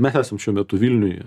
mes esam šiuo metu vilniuje